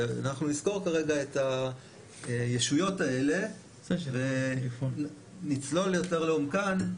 אנחנו נסקור כרגע את הישויות האלה ונצלול יותר לעומקן.